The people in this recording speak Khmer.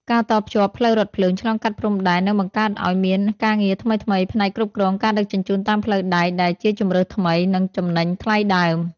ការតភ្ជាប់ផ្លូវរថភ្លើងឆ្លងកាត់ព្រំដែន នឹងបង្កើតឱ្យមានការងារថ្មីៗផ្នែកគ្រប់គ្រងការដឹកជញ្ជូនតាមផ្លូវដែកដែលជាជម្រើសថ្មី និងចំណេញថ្លៃដើម។